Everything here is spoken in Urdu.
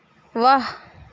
واہ